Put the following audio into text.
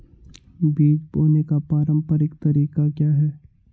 बीज बोने का पारंपरिक तरीका क्या है?